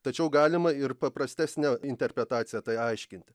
tačiau galima ir paprastesne interpretacija tai aiškinti